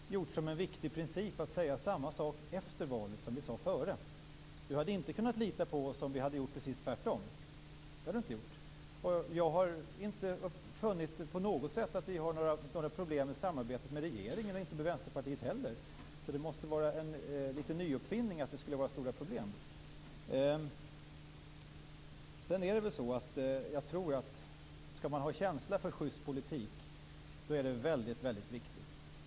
Fru talman! Ja, det kan man definitivt göra. Vi har gjort det till en viktig princip att säga samma sak efter valet som vi sade före valet. Peter Pedersen hade inte kunnat lita på oss om vi hade gjort precis tvärtom. Jag har inte funnit att vi på något sätt har några problem med samarbetet med regeringen och inte heller med Vänsterpartiet, så det måste vara en liten nyuppfinning att det skulle vara stora problem. Skall man ha känsla för schyst politik finns det nog en väldigt viktig sak.